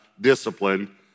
discipline